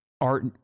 art